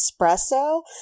espresso